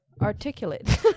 articulate